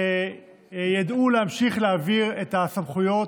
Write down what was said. שידעו להמשיך להעביר את הסמכויות,